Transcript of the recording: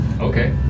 Okay